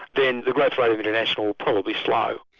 then the growth rate international will probably slow.